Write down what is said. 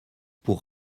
pour